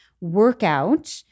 workout